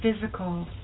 physical